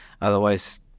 Otherwise